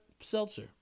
seltzer